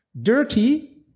Dirty